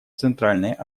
центральной